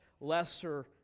lesser